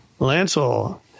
Lancel